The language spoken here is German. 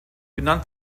benannt